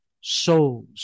souls